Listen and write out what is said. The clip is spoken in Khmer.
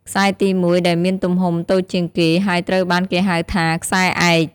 ខ្សែទី ១ ដែលមានទំហំ តូចជាងគេ ហើយត្រូវបានគេហៅថា ខ្សែឯក។